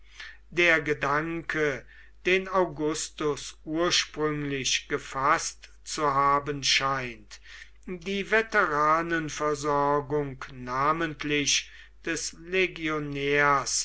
der gedanke den augustus ursprünglich gefaßt zu haben scheint die veteranenversorgung namentlich des legionärs